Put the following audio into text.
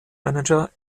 manager